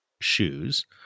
shoes